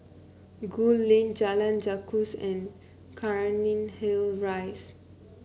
Gul Lane Jalan Gajus and Cairnhill Rise